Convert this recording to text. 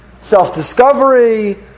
self-discovery